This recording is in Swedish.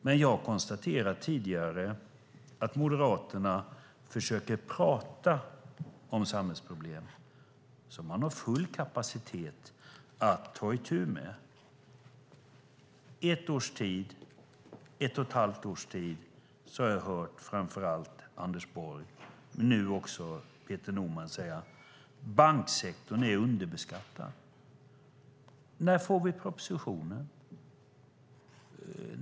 Men jag har tidigare konstaterat att Moderaterna försöker prata om samhällsproblem som man har full kapacitet att ta itu med. I ett eller ett och ett halvt års tid har jag hört framför allt Anders Borg och nu också Peter Norman säga: Banksektorn är underbeskattad. När får vi propositionen?